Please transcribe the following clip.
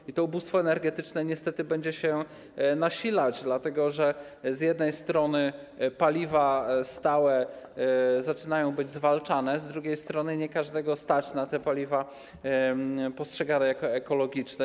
I to ubóstwo energetyczne niestety będzie się nasilać, dlatego że z jednej strony paliwa stałe zaczynają być zwalczane, z drugiej strony nie każdego stać na te paliwa postrzegane jako ekologiczne.